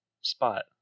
spot